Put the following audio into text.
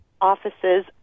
offices